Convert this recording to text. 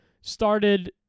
started